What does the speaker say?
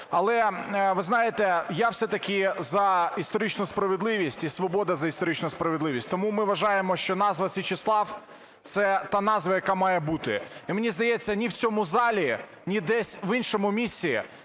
Але, ви знаєте, я все-таки за історичну справедливість і "Свобода" за історичну справедливість. Тому ми вважаємо, що назва Січеслав – це та назва, яка має бути. І мені здається, ні в цьому залі, ні десь в іншому місці